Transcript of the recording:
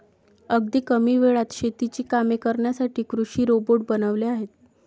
अगदी कमी वेळात शेतीची कामे करण्यासाठी कृषी रोबोट बनवले आहेत